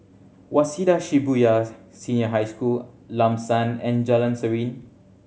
Waseda Shibuya Senior High School Lam San and Jalan Serene